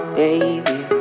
baby